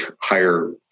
higher